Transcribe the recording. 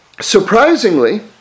surprisingly